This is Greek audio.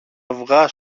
αυγά